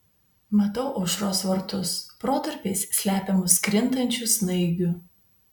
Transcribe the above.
matau aušros vartus protarpiais slepiamus krintančių snaigių